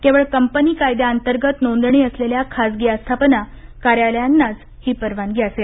केवळ कंपनी कायद्याअंतर्गत नोंदणी असलेल्या खाजगी आस्थापना कार्यालयांनाच ही परवानगी असेल